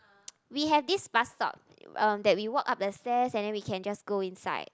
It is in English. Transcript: we have this bus stop um that we walk up the stairs and then we can just go inside